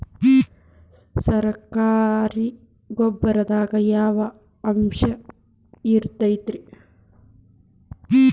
ಸರಕಾರಿ ಗೊಬ್ಬರದಾಗ ಯಾವ ಅಂಶ ಇರತೈತ್ರಿ?